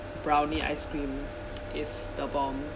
brownie ice cream is the bomb